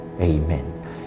Amen